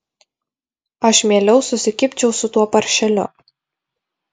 aš mieliau susikibčiau su tuo paršeliu